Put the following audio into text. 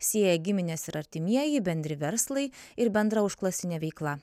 sieja giminės ir artimieji bendri verslai ir bendra užklasinė veikla